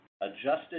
adjusted